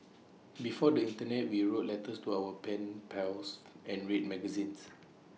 before the Internet we wrote letters to our pen pals and read magazines